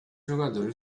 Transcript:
jogador